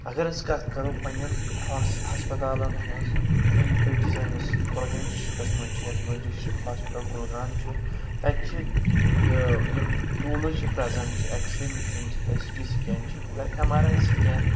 اگر أسۍ کتھ کرو پنٕنؠن ہسپَتالَن ہٕنٛز یِم أنٛدۍ پٔکۍ سٲنِس کۄلگٲمۍ ڈِسٹرکَس منٛز چھِ یتھ منٛز ڈِسٹرک ہوسپِٹل کُلگام چھُ تَتہِ چھِ یِم ٹوٗلٕز چھِ پرٛیزنٛٹ چھِ ایٚکٕسرے مِشیٖن چھِ تَتہِ سٹی سِکین چھِ مگر ایم آر آی سکین